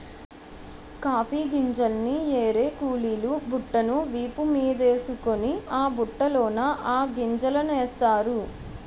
coffee గింజల్ని ఏరే కూలీలు బుట్టను వీపు మీదేసుకొని ఆ బుట్టలోన ఆ గింజలనేస్తారు